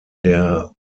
der